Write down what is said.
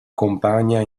compagna